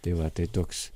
tai va tai toks